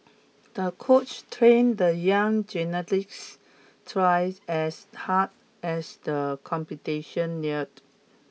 the coach trained the young gymnast twice as hard as the competition neared